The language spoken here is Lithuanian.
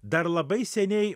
dar labai seniai